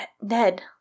Ned